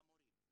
למורים,